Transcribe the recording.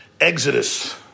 Exodus